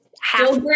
half